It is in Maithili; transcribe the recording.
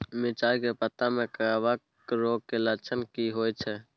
मिर्चाय के पत्ता में कवक रोग के लक्षण की होयत छै?